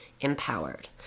empowered